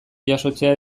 jasotzea